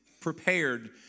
prepared